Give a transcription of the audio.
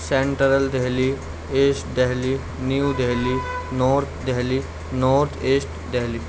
central Delhi east Delhi new Delhi north Delhi north east Delhi